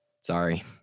sorry